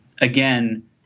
again